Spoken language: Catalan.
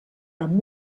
amb